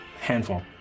Handful